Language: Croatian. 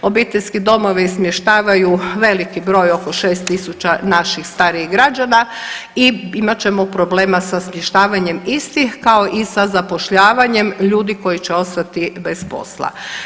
Obiteljski domovi smještavaju veliki broj oko 6000 naših starijih građana i imat ćemo problema sa smještavanjem istih kao i sa zapošljavanjem ljudi koji će ostati bez posla.